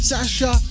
Sasha